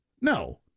no